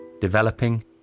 developing